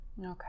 okay